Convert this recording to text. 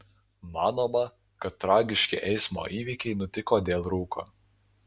manoma kad tragiški eismo įvykiai nutiko dėl rūko